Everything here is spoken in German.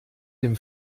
dem